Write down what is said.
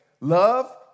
love